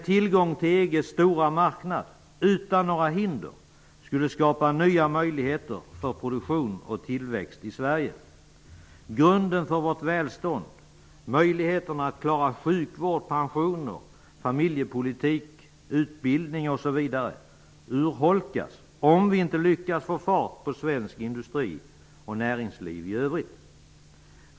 Tillgången till EG:s stora marknad, utan några hinder, skulle skapa nya möjligheter för produktion och tillväxt i Sverige. Grunden för vårt välstånd, dvs. möjligheterna att klara sjukvård, pensioner, familjepolitik, utbildning osv., urholkas om vi inte lyckas få fart på svensk industri och på näringslivet i övrigt.